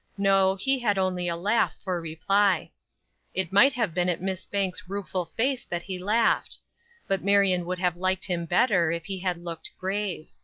no, he had only a laugh for reply it might have been at miss banks' rueful face that he laughed but marion would have liked him better if he had looked grave.